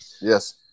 Yes